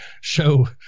show